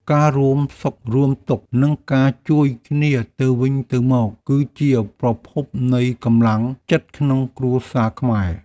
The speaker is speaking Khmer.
ការរួមសុខរួមទុក្ខ និងការជួយគ្នាទៅវិញទៅមក គឺជាប្រភពនៃកម្លាំងចិត្តក្នុងគ្រួសារខ្មែរ។